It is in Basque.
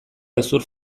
hezur